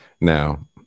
Now